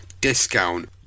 discount